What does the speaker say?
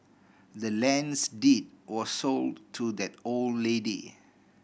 the land's deed was sold to that old lady